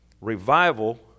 Revival